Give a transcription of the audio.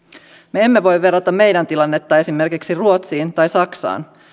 me emme voi verrata meidän tilannettamme esimerkiksi ruotsiin tai saksaan